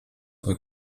were